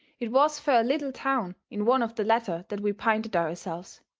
it was fur a little town in one of the latter that we pinted ourselves,